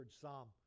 Psalm